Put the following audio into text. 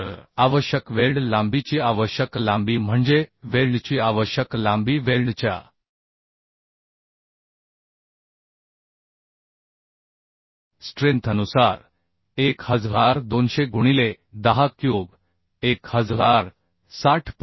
तर आवश्यक वेल्ड लांबीची आवश्यक लांबी म्हणजे वेल्डची आवश्यक लांबी वेल्डच्या स्ट्रेन्थनुसार 1200 गुणिले 10 क्यूब 1060